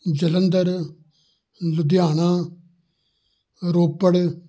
Jalandhar Ludhiana Ropar